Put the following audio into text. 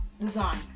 design